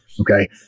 Okay